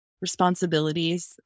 responsibilities